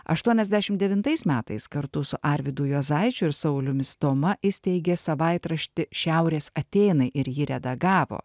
aštuoniasdešimt devintais metais kartu su arvydu juozaičiu ir sauliumi stoma įsteigė savaitraštį šiaurės atėnai ir jį redagavo